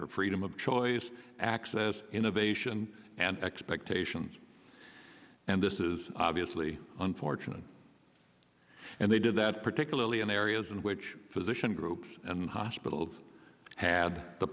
for freedom of choice access innovation and expectations and this is obviously unfortunate and they did that particularly in areas in which physician groups and hospitals had the